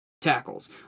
tackles